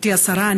גברתי השרה,